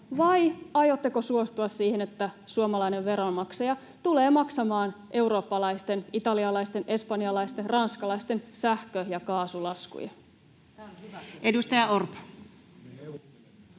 vai aiotteko suostua siihen, että suomalainen veronmaksaja tulee maksamaan eurooppalaisten, italialaisten, espanjalaisten ja ranskalaisten sähkö- ja kaasulaskuja? Edustaja Orpo.